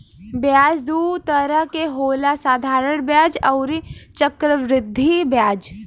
ब्याज दू तरह के होला साधारण ब्याज अउरी चक्रवृद्धि ब्याज